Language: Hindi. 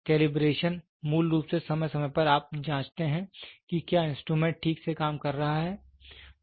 कैलिब्रेशन मूल रूप से समय समय पर आप जांचते हैं कि क्या इंस्ट्रूमेंट ठीक से काम कर रहा है